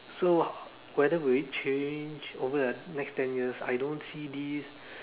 so whether will it change over the next ten years I don't see this